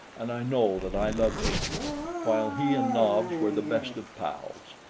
and i know that i loved him while he and nobs were the best of pals.